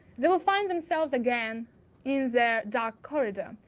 they will find themselves again in the dark corridor.